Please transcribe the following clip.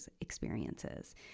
experiences